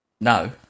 No